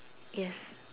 yes